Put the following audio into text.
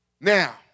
Now